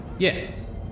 Yes